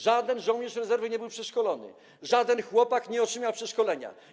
Żaden żołnierz rezerwy nie był przeszkolony, żaden chłopak nie otrzymał przeszkolenia.